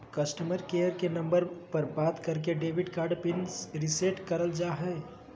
customer care के number पर बात करके डेबिट कार्ड पिन रीसेट करल जा हय